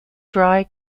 dry